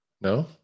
No